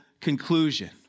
conclusion